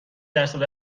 درصد